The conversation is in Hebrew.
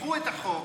תדחו את החוק,